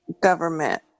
government